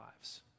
lives